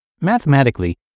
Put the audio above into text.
Mathematically